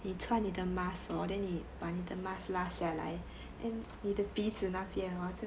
你穿你的 mask hor then 你把你的 mask 拉下来 then 你的鼻子那边